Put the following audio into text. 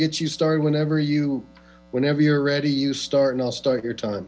get you started whenever you whenever you're ready you start and i'll start your time